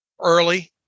early